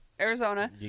Arizona